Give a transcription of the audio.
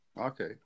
Okay